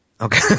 Okay